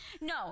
No